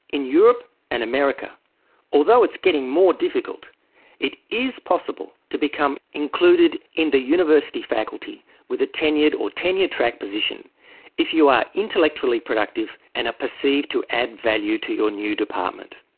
in europe and america although it's getting more difficult it is possible to become included in the university faculty with a tenured or tenured-track position if you are intellectually productive and are perceived to add value to your new department.